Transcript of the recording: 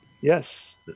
Yes